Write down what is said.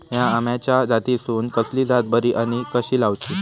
हया आम्याच्या जातीनिसून कसली जात बरी आनी कशी लाऊची?